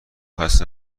خسته